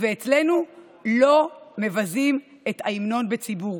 ואצלנו לא מבזים את ההמנון בציבור.